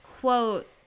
quote